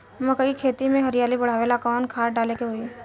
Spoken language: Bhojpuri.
मकई के खेती में हरियाली बढ़ावेला कवन खाद डाले के होई?